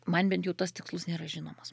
man bent jau tas tikslus nėra žinomas